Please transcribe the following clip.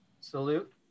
Salute